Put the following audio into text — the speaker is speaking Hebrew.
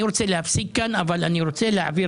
אני רוצה להפסיק כאן אבל רוצה להעביר